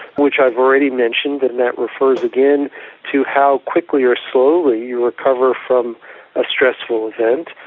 which i've already mentioned, and that refers again to how quickly or slowly you recover from a stressful event.